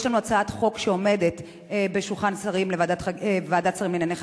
יש לנו הצעת חוק שעומדת בוועדת שרים לענייני חקיקה,